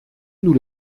nous